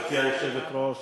גברתי היושבת-ראש,